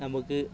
നമുക്ക്